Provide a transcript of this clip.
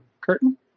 curtain